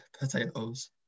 potatoes